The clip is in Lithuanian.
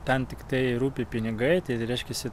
ten tiktai rūpi pinigai tai reiškiasi